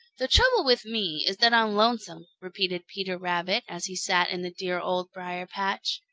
the trouble with me is that i'm lonesome, repeated peter rabbit as he sat in the dear old briar-patch.